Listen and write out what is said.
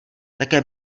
také